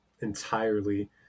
entirely